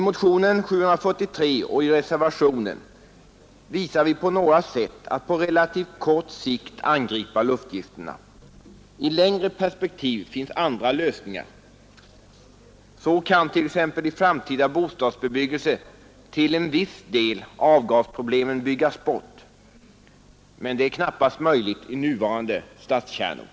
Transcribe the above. Motionen 743 och reservationen visar på några sätt att på relativt kort sikt angripa luftgifterna. I längre perspektiv finns andra lösningar. Så kan t.ex. i framtida bostadsbebyggelse till en viss del avgasproblemen byggas bort, men det är knappast möjligt i nuvarande stadskärnor.